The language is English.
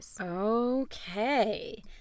Okay